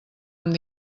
amb